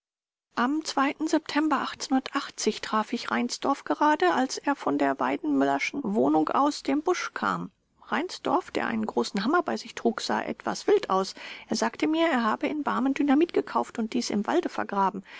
am september traf ich reinsdorf gerade als er von der weidenmüllerschen wohnung aus dem busch kam reinsdorf der einen großen hammer bei sich trug sah etwas wild aus er sagte mir er habe in barmen dynamit gekauft und dies im walde vergraben